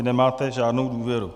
Vy nemáte žádnou důvěru.